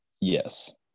Yes